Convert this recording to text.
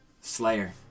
Slayer